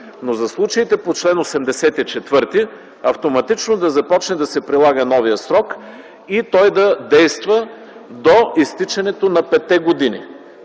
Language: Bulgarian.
но за случаите по чл. 84 автоматично да започне да се прилага новият срок и той да действа до изтичането на петте години.